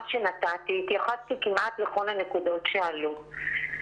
שנתתי התייחסתי כמעט לכל הנקודות שעלו.